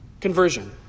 conversion